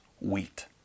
wheat